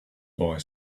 boy